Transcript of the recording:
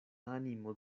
animo